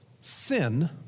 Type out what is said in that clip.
Sin